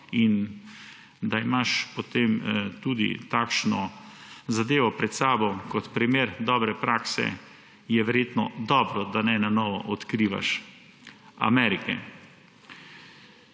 in da imaš potem tudi takšno zadevo pred sabo kot primer dobre prakse, je verjetno dobro, da ne nanovo odkrivaš Amerike.